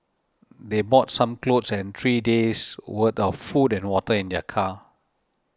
they brought some clothes and three days worth of food and water in their car